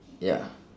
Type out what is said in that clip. ya